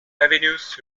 avenues